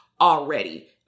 already